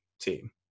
team